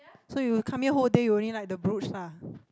so you come here whole day you only like the brooch lah